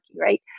right